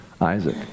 Isaac